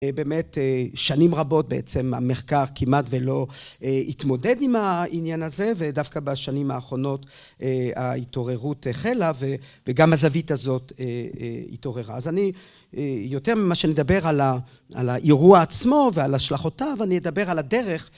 באמת, שנים רבות בעצם המחקר כמעט ולא התמודד עם העניין הזה, ודווקא בשנים האחרונות ההתעוררות החלה וגם הזווית הזאת התעוררה. אז אני, יותר ממה שנדבר על האירוע עצמו ועל השלכותיו, אני אדבר על הדרך.